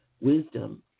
wisdom